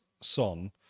Son